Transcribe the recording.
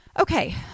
Okay